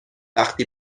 وقتی